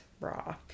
raw